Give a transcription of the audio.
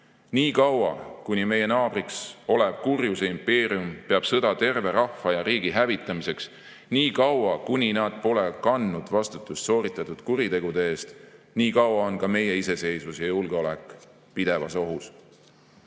Nii kaua, kuni meie naabriks olev kurjuse impeerium peab sõda terve rahva ja riigi hävitamiseks, nii kaua, kuni nad pole kandnud vastutust sooritatud kuritegude eest, nii kaua on ka meie iseseisvus ja julgeolek pidevas